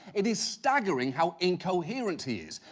it is staggering how incoherent he is.